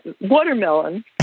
watermelon